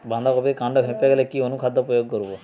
বাঁধা কপির কান্ড ফেঁপে গেলে কি অনুখাদ্য প্রয়োগ করব?